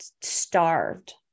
starved